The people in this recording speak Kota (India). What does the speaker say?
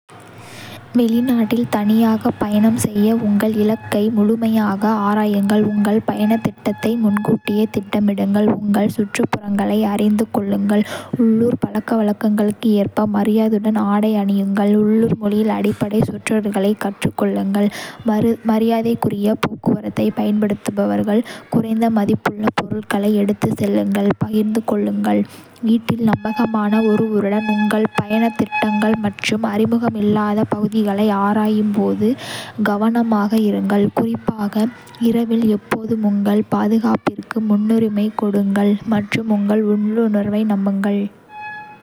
வெளிநாட்டில் தனியாகப் பயணம் செய்ய, உங்கள் இலக்கை முழுமையாக ஆராயுங்கள், உங்கள் பயணத் திட்டத்தை முன்கூட்டியே திட்டமிடுங்கள், உங்கள் சுற்றுப்புறங்களை அறிந்து கொள்ளுங்கள், உள்ளூர் பழக்கவழக்கங்களுக்கு ஏற்ப மரியாதையுடன் ஆடை அணியுங்கள். உள்ளூர் மொழியில் அடிப்படை சொற்றொடர்களைக் கற்றுக் கொள்ளுங்கள், மரியாதைக்குரிய போக்குவரத்தைப் பயன்படுத்துங்கள், குறைந்த மதிப்புள்ள பொருட்களை எடுத்துச் செல்லுங்கள், பகிர்ந்து கொள்ளுங்கள். வீட்டில் நம்பகமான ஒருவருடன் உங்கள் பயணத் திட்டங்கள், மற்றும் அறிமுகமில்லாத பகுதிகளை ஆராயும்போது கவனமாக இருங்கள், குறிப்பாக இரவில்; எப்போதும் உங்கள் பாதுகாப்பிற்கு முன்னுரிமை கொடுங்கள் மற்றும் உங்கள் உள்ளுணர்வை நம்புங்கள்.